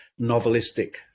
novelistic